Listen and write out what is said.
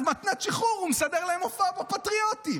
כמתנת שחרור הוא מסדר להם הופעה בפטריוטים.